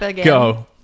Go